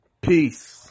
Peace